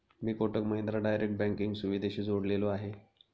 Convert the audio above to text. मी Kotak Mahindra direct banking सुविधेशी जोडलेलो आहे?